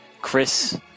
Chris